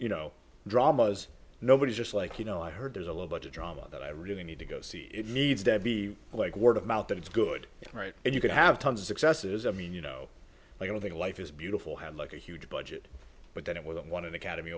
you know dramas nobody just like you know i heard there's a low budget drama that i really need to go see it needs to be like word of mouth that it's good right and you could have tons of successes i mean you know i don't think life is beautiful had like a huge budget but then it was one of the cademy